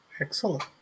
excellent